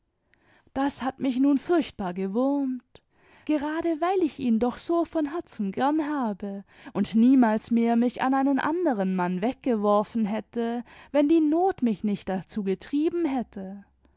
das hat mich nun furchtbar gewurmt gerade weil ich ihn doch so von herzen gern habe und niemals mehr mich an einen anderen mann weggeworfen hätte wenn die not mich nicht dazu getrieben hätte